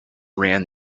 ran